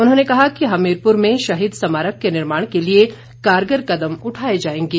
उन्होंने कहा कि हमीरपुर में शहीद स्मारक के निर्माण के लिए कारगर कदम उठाए जाएंगे